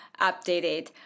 updated